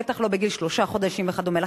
בטח לא בגיל שלושה חודשים, וכדומה.